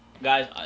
guys